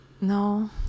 no